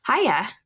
Hiya